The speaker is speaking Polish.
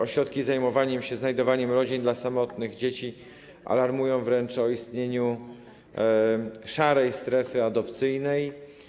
Ośrodki zajmujące się znajdowaniem rodzin dla samotnych dzieci alarmują wręcz o istnieniu szarej strefy adopcyjnej.